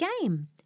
game